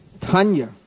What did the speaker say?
Tanya